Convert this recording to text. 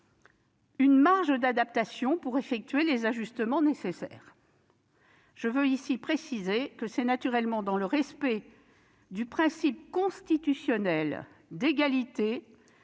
une marge d'adaptation pour effectuer les ajustements nécessaires. Je veux ici préciser que c'est naturellement dans le respect du principe constitutionnel d'égalité